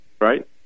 Right